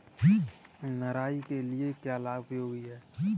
निराई के लिए क्या उपयोगी है?